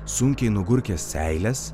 sunkiai nugurkęs seiles